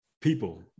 people